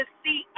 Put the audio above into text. see